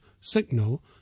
signal